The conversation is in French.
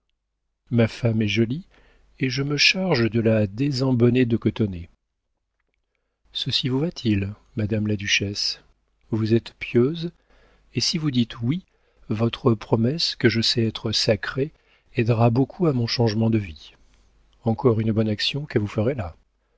ma femme est jolie et je me charge de la désenbonnetdecotonner ceci vous va-t-il madame la duchesse vous êtes pieuse et si vous dites oui votre promesse que je sais être sacrée aidera beaucoup à mon changement de vie encore une bonne action que vous ferez là